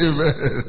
Amen